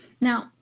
Now